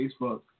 Facebook